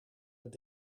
het